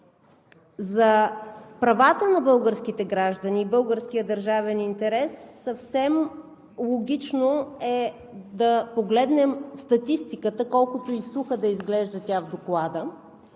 За правата на българските граждани и българския държавен интерес съвсем логично е да погледнем статистиката, колкото и суха да изглежда в Доклада.